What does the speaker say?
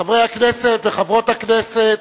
חברי הכנסת וחברות הכנסת,